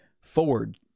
forward